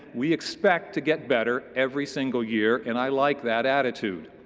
we expect to get better every single year and i like that attitude.